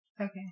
Okay